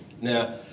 Now